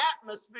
atmosphere